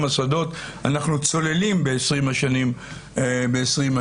המוסדות אנחנו צוללים ב-20 השנים האחרונות.